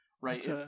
Right